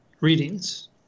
readings